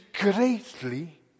greatly